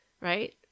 right